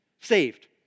saved